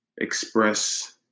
express